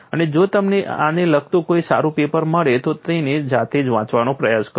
અને જો તમને આને લગતું કોઈ સારું પેપર મળે તો તેને જાતે જ વાંચવાનો પ્રયાસ કરો